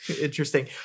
Interesting